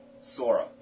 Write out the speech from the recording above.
sora